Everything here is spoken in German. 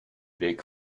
weg